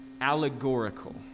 allegorical